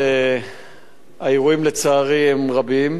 האירועים, לצערי, הם רבים,